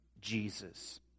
Jesus